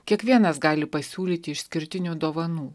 kiekvienas gali pasiūlyti išskirtinių dovanų